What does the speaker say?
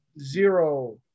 zero